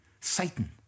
Satan